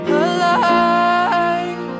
alive